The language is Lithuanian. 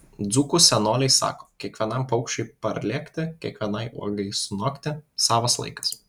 dzūkų senoliai sako kiekvienam paukščiui parlėkti kiekvienai uogai sunokti savas laikas